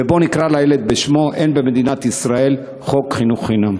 בוא נקרא לילד בשמו: אין במדינת ישראל חוק חינוך חינם.